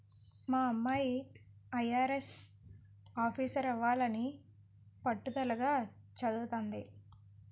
మా అమ్మాయి ఐ.ఆర్.ఎస్ ఆఫీసరవ్వాలని పట్టుదలగా చదవతంది